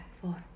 four